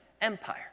Empire